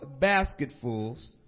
basketfuls